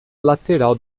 lateral